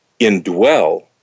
indwell